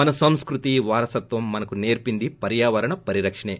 మన సంస్వతి వారసత్వం మనకు నేర్చింది పర్యావరణ పరిరక్షణే